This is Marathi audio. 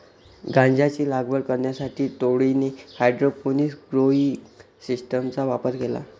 गांजाची लागवड करण्यासाठी टोळीने हायड्रोपोनिक्स ग्रोइंग सिस्टीमचा वापर केला